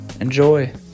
Enjoy